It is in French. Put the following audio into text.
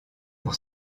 pour